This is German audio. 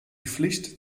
pflicht